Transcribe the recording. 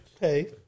hey